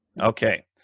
Okay